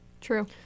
True